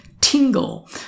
tingle